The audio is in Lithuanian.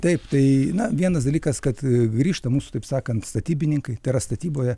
taip tai na vienas dalykas kad grįžta mūsų taip sakant statybininkai tai yra statyboje